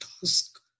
task